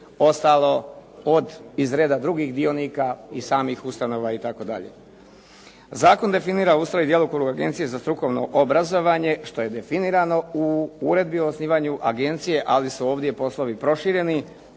Ostalo od iz reda drugih dionika i samih ustanova itd. Zakon definira ustroj i djelokrug Agencije za strukovno obrazovanje što je definirano u uredbi o osnivanju agencije, ali su ovdje poslovi prošireni